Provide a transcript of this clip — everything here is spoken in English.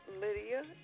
Lydia